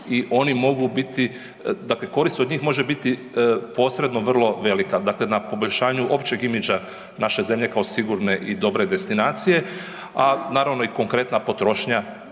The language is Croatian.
i oni mogu biti, dakle korist od njih može biti posredno vrlo velika. Dakle, na poboljšanju općeg imidža naše zemlje kao sigurne i dobre destinacije, a naravno i konkretna potrošnja